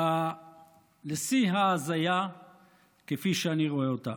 לשיא ההזיה כפי שאני רואה אותה.